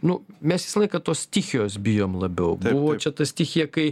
nu mes visą laiką tos stichijos bijom labiau buvo čia ta stichija kai